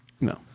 No